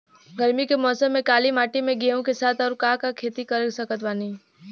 गरमी के मौसम में काली माटी में गेहूँ के साथ और का के खेती कर सकत बानी?